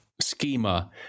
schema